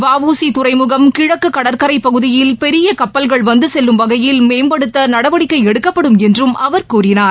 வ உ சி துறைமுகம் கிழக்கு கடற்கரை பகுதியில் பெரிய கப்பல்கள் வந்துசெல்லும் வகையில் மேம்படுத்த நடவடிக்கை எடுக்கப்படும் என்றும் பிரதமர் அவர் கூறினார்